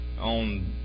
on